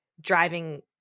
driving